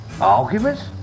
Arguments